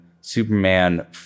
Superman